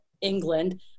england